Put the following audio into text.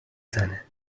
زنه